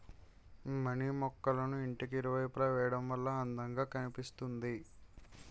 money మొక్కళ్ళను ఇంటికి ఇరువైపులా వేయడం వల్ల అందం గా కనిపిస్తుంది